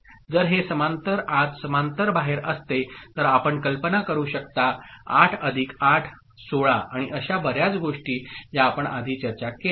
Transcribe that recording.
जर हे समांतर आत समांतर बाहेर असते तर आपण कल्पना करू शकता 8 अधिक 8 16 आणि अशा बर्याच गोष्टी ज्या आपण आधी चर्चा केल्या